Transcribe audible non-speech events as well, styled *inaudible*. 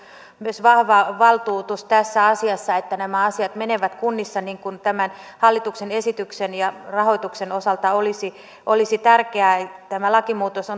myös vahva valtuutus tässä asiassa että nämä asiat menisivät kunnissa niin kuin tämän hallituksen esityksen ja rahoituksen osalta olisi olisi tärkeää tämän lakimuutoksen *unintelligible*